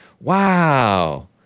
Wow